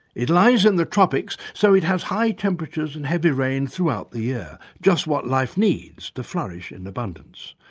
it lies in the tropics so it has high temperatures and heavy rain throughout the year, just what life needs to flourish in abundance,